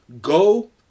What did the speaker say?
go